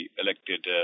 elected